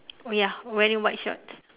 ya wearing white shorts